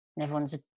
everyone's